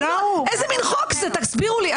איזה מן חוק זה, תסבירו לי.